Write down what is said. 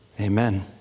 Amen